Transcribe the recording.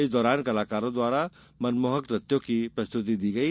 इस दौरान कलाकारों द्वारा मनमोहक नृत्यों की प्रस्तति दी गई